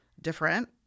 different